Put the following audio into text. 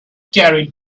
carried